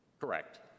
Correct